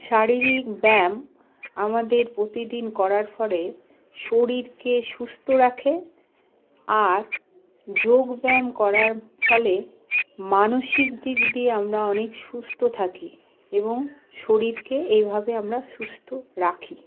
শারীরিক ব্যায়াম আমাদের প্রতিদিন করার ফলে শরীরকে সুস্থ রাখে আর যোগব্যায়াম করার ফলে মানসিক দিক দিয়ে আমরা অনেক সুস্থ থাকি এবং শরীরকে এইভাবে আমরা সুস্থ রাখি